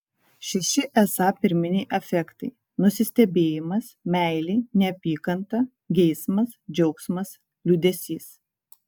šeši esą pirminiai afektai nusistebėjimas meilė neapykanta geismas džiaugsmas liūdesys